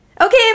Okay